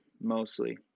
mostly